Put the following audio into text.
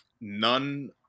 none